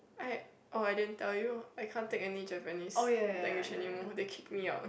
I orh I din tell you I can't take any Japanese language anymore they kicked me out